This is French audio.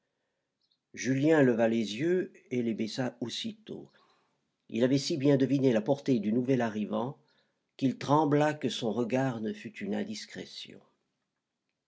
julien leva les yeux et les baissa aussitôt il avait si bien deviné la portée du nouvel arrivant qu'il trembla que son regard ne fût une indiscrétion